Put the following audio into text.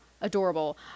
adorable